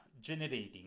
generating